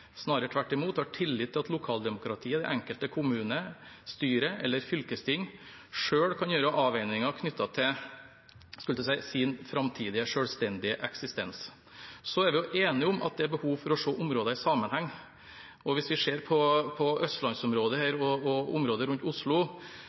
snarere tvert imot. Vi har tillit til at lokaldemokratiet, det enkelte kommunestyre eller fylkesting, selv kan gjøre avveininger knyttet til sin framtidige selvstendige eksistens. Så er vi enige om at det er behov for å se områder i sammenheng. Hvis vi ser på østlandsområdet